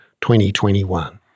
2021